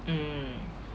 mm